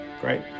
Great